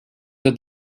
the